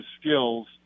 skills